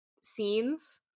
scenes